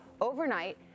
overnight